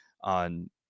on